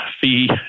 fee